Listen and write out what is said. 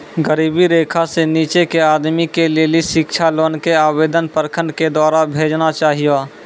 गरीबी रेखा से नीचे के आदमी के लेली शिक्षा लोन के आवेदन प्रखंड के द्वारा भेजना चाहियौ?